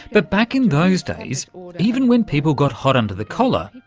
but back in those days even when people got hot under the collar,